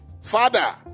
Father